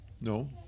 No